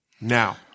Now